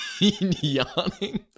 yawning